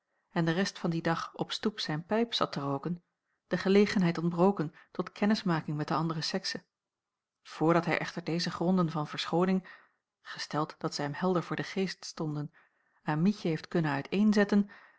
en de rest van dien dag op stoep zijn pijp zat te rooken de gelegenheid ontbroken tot kennismaking met de andere sekse voordat hij echter deze gronden van verschooning gesteld dat zij hem helder voor den geest stonden aan mietje heeft kunnen uit een zetten